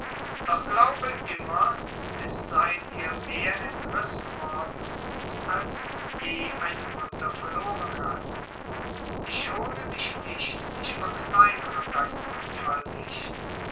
doch glaube es sei dir mehr entrissen worden als je eine mutter verloren hat ich schone dich nicht ich verkleinere deinen unfall nicht